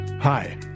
Hi